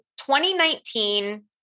2019